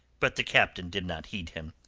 but the captain did not heed him.